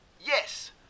Yes